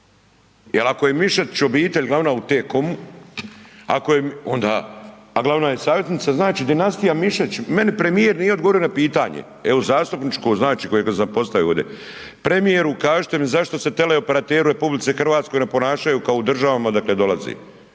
jer ako je Mišetić obitelj glavna u T-Com-u, ako je, onda, a glavna je savjetnica, znači dinastija Mišetić, meni premijer nije odgovorio na pitanje, evo zastupničko, znači kojega sam postavio ovdje, premijeru kažite mi zašto se teleoperateri u Republici Hrvatskoj ne ponašaju kao u državama odakle dolaze,